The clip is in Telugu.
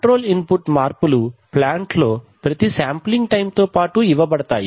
కంట్రోల్ ఇన్ పుట్ మార్పులు ప్లాంట్ లో ప్రతి శాంప్లింగ్ టైం తో పాటు ఇవ్వబడతాయి